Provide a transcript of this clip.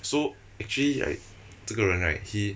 so actually like 这个人 right he